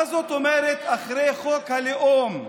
מה זאת אומרת "אחרי חוק הלאום",